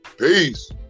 Peace